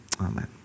amen